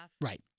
Right